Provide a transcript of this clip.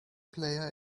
player